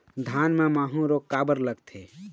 धान म माहू रोग काबर लगथे?